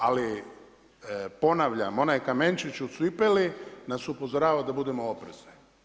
Ali ponavljam, onaj kamenčić u cipeli nas upozorava da budemo oprezni.